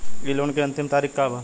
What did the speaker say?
इ लोन के अन्तिम तारीख का बा?